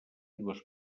dues